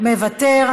מוותר.